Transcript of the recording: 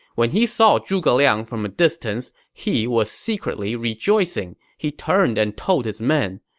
when he saw zhuge liang from a distance, he was secretly rejoicing. he turned and told his men,